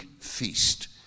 feast